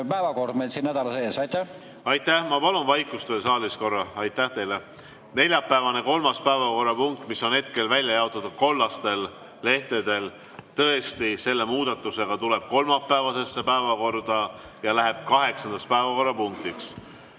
päevakord meil siin nädala sees on. Aitäh! Ma palun veel korra saalis vaikust. Aitäh teile! Neljapäevane kolmas päevakorrapunkt, mis on hetkel välja jaotatud kollastel lehtedel, tõesti selle muudatusega tuleb kolmapäevasesse päevakorda ja läheb kaheksandaks päevakorrapunktiks.